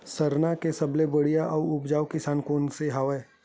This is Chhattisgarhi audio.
सरना के सबले बढ़िया आऊ उपजाऊ किसम कोन से हवय?